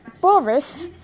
Boris